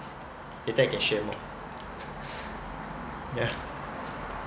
later I can share more yeah